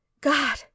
god